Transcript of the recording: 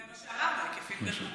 זה מה שאמרנו, ההיקפים גדלו.